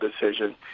decision